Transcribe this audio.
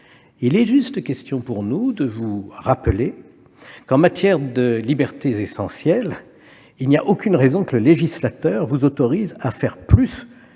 Nous tenons simplement à vous rappeler que, en matière de libertés essentielles, il n'y a aucune raison que le législateur vous autorise à faire plus